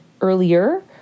earlier